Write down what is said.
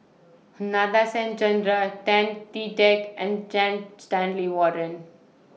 Nadasen Chandra Tan Chee Teck and Jan Stanley Warren